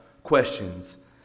questions